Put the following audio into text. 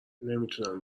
نمیتونم